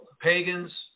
pagans